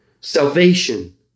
salvation